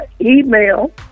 email